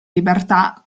libertà